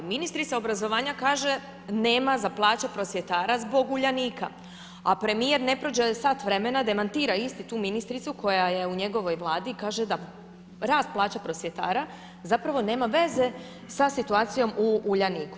Ministrica obrazovanje kaže nema za plaće prosvjetara zbog Uljanika a premijer ne prođe sat vremena, demantira istu tu ministricu koja je u njegovoj Vladi i kaže da rast plaće prosvjetara zapravo nema veze sa situacijom u Uljaniku.